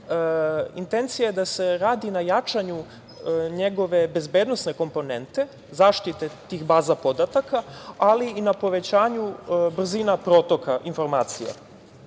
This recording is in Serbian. Intencija je da se radi na jačanju njegove bezbednosne komponente, zaštite tih baza podataka, ali i na povećanju brzina protoka informacija. Naravno,